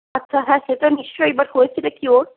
আচ্ছা হ্যাঁ সে তো নিশ্চয়ই বাট হয়েছেটা কি ওর